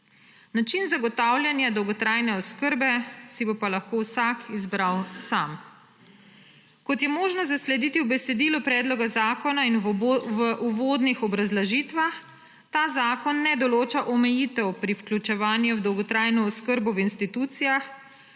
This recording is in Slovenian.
Način zagotavljanja dolgotrajne oskrbe si pa bo lahko vsak izbral sam. Kot je možnost zaslediti v besedilu predloga zakona in v uvodnih obrazložitvah, ta zakon ne določa omejitev pri vključevanju v dolgotrajno oskrbo v institucijah,